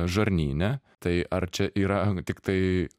žarnyne tai ar čia yra tiktai